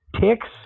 Ticks